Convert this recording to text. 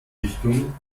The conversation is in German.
richtung